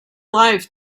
life